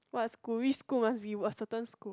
what school which school must be a certain school